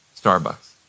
Starbucks